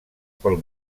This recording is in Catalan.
pel